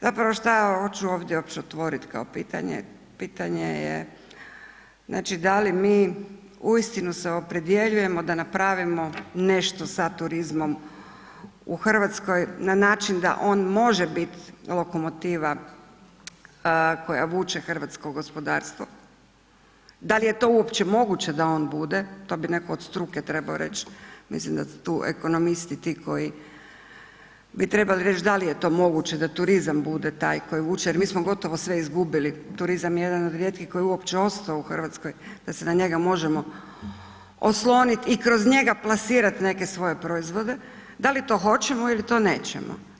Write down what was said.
Zapravo šta hoću ovdje uopće otvorit kao pitanje, pitanje je, znači, da li mi, uistinu se opredjeljujemo da napravimo nešto sa turizmom u RH na način da on može bit lokomotiva koja vuče hrvatsko gospodarstvo, da li je to uopće moguće da on bude, to bi netko od struke trebao reć, mislim da su tu ekonomisti ti koji bi trebali reć da li je to moguće da turizam bude taj koji vuče jer mi smo gotovo sve izgubili, turizam je jedan od rijetkih koji je uopće ostao u RH da se na njega možemo oslonit i kroz njega plasirat neke svoje proizvode, da li to hoćemo ili to nećemo?